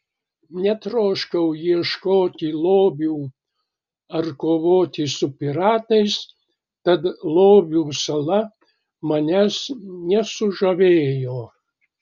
netroškau ieškoti lobių ar kovoti su piratais tad lobių sala manęs nesužavėjo